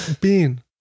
Bean